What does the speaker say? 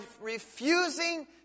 refusing